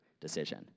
decision